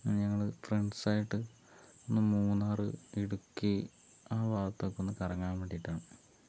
ഞങ്ങള് ഫ്രണ്ട്സായിട്ട് മൂന്നാർ ഇടുക്കി ആ ഭാഗത്തൊക്കെ ഒന്ന് കറങ്ങാൻ വേണ്ടീട്ടാണ്